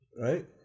Right